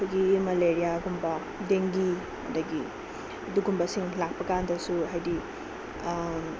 ꯑꯩꯈꯣꯏ ꯃꯦꯂꯔꯤꯌꯥꯒꯨꯝꯕ ꯗꯦꯡꯒꯤ ꯑꯗꯒꯤ ꯑꯗꯨꯒꯨꯝꯕꯁꯤꯡ ꯂꯥꯛꯄꯀꯥꯟꯗꯁꯨ ꯍꯥꯏꯗꯤ